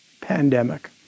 pandemic